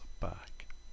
back